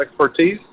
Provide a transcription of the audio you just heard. expertise